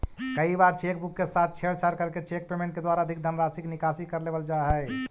कई बार cheque book के साथ छेड़छाड़ करके चेक पेमेंट के द्वारा अधिक धनराशि के निकासी कर लेवल जा हइ